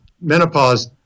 menopause